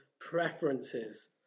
preferences